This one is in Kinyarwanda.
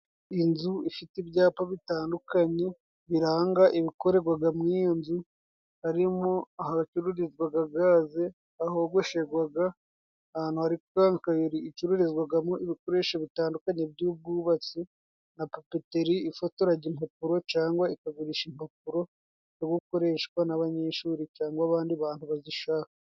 Iyi nzu ifite ibyapa bitandukanye biranga ibikorerwaga mu iyo nzu, harimo ahacururizwaga gaze ahogosherwaga, ahantu hari kenkayeri icururizwagamo ibikoresho bitandukanye by'ubwubatsi na papeteri ifotoraga impapuro cangwa ikagurisha impapuro z gukoreshwa n'abanyeshuri cangwa abandi bantu bazishaka.